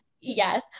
Yes